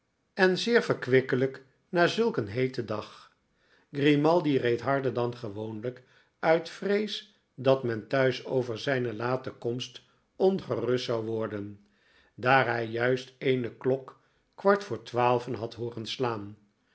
en zeerverkwikkeiyk na zulk een heeten dag grimaldi reed harder dan gewoonlijk uit vrees dat men thuis over zijne late komst ongerust zou worden daar hij juist eene klok kwart voor twaalven had hooren slaan